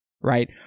right